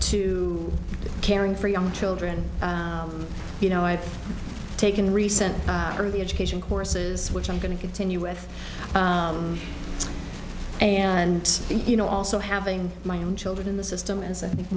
to caring for young children you know i've taken recent early education courses which i going to continue with and you know also having my own children in the system as i think